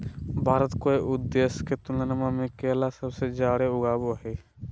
भारत कोय आउ देश के तुलनबा में केला सबसे जाड़े उगाबो हइ